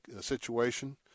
situation